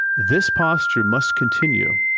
this posture must continue